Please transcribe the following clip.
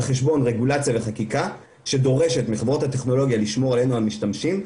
חשבון רגולציה וחקיקה שדורשת מחברות הטכנולוגיה לשמור עלינו המשתמשים,